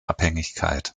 abhängigkeit